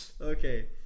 Okay